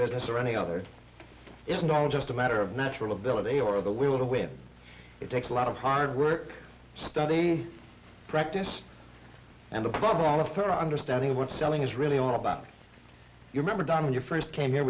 business or any other it's not just a matter of natural ability or the will to win it takes a lot of hard work study practice and the problem all of her understanding of what selling is really all about you remember don when you first came here